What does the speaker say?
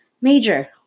Major